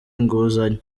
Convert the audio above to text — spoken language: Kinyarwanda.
inguzanyo